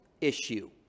issue